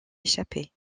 échapper